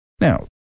Now